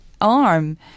arm